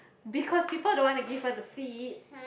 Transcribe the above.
because people don't want to give her the seat